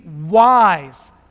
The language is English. wise